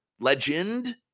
legend